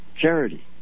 charity